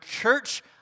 church